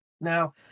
Now